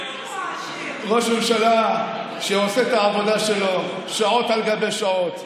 ראש ממשלה שעושה את העבודה שלו שעות על גבי שעות.